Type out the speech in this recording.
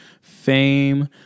fame